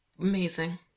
Amazing